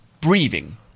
Breathing